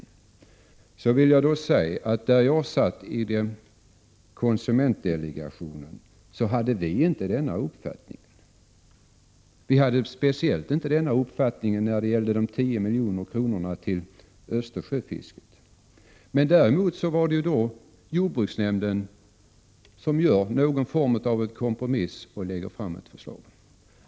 Jag vill säga att i konsumentdelegationen hade man inte denna uppfattning, speciellt inte när det gäller de 10 miljonerna till Östersjöfisket. Däremot har jordbruksnämnden gjort en form av kompromiss och lagt fram ett förslag.